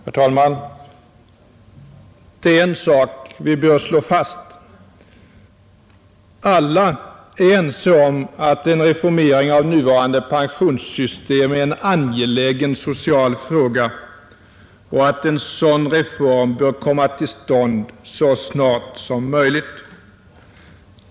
Herr talman! Det är en sak vi bör slå fast: Alla är ense om att en reformering av nuvarande pensionssystem är en angelägen social fråga och att en sådan reform bör komma till stånd så snart som möjligt.